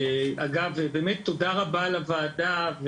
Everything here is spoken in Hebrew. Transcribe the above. באמת תודה רבה לוועדה.